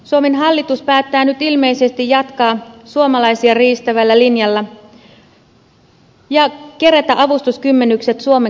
suomen hallitus päättää nyt ilmeisesti jatkaa suomalaisia riistävällä linjalla ja kerätä avustuskymmenykset suomen kansalta